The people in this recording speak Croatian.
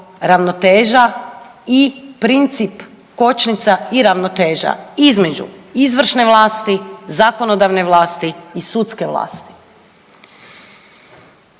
ravnoteža i princip, kočnica i ravnoteža između izvršne vlasti, zakonodavne vlasti i sudske vlasti.